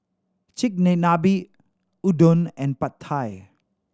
Chigenabe Udon and Pad Thai